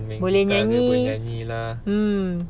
main gitar bernyanyi lah